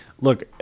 Look